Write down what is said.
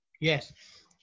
Yes